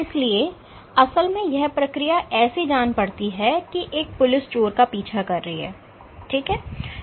इसलिए असल में यह प्रक्रिया ऐसी जान पड़ती है कि एक पुलिस चोर का पीछा कर रही है ठीक है